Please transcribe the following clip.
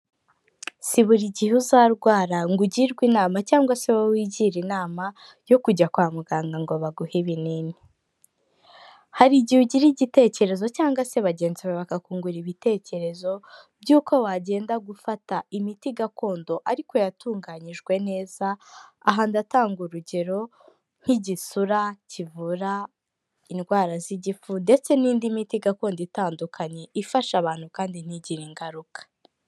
Si buri gihe uzarwara ngo ugirwe inama cyangwa se wowe wigira inama yo kujya kwa muganga ngo baguhe ibinini. Hari igihe ugira igitekerezo cyangwa se bagenzi bawe bakakungura ibitekerezo by'uko wagenda gufata imiti gakondo ariko yatunganyijwe neza. Aha ndatanga urugero nk'igisura kivura indwara z'igifu ndetse n'indi miti gakondo itandukanye ifasha abantu kandi ntigira ingaruka.